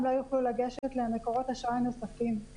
הם לא יוכלו לגשת למקורות אשראי נוספים,